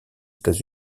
états